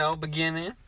beginning